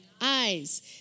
eyes